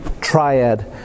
triad